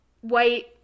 white